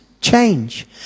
change